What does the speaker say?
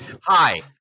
hi